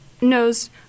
knows